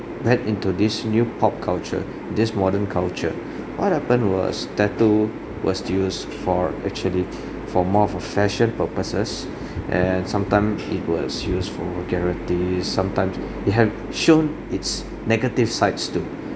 went into this new pop culture this modern culture what happened was tattoo was used for actually for more of a fashion purposes and sometime it was use vulgarities sometimes it have shown its negative sides too